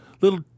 little